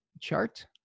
Chart